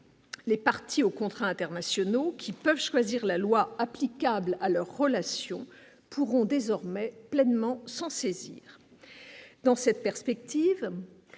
Les parties aux contrats internationaux qui peuvent choisir la loi applicable à leur relations pourront désormais pleinement s'en saisir, dans cette perspective,